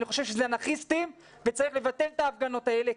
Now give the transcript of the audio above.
אני חושב שזה אנרכיסטים וצריך לבטל את ההפגנות האלה,